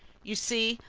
you see,